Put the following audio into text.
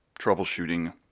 troubleshooting